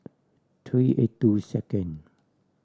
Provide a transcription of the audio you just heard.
three eight two second